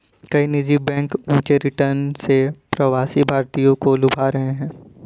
कई निजी बैंक ऊंचे रिटर्न से प्रवासी भारतीयों को लुभा रहे हैं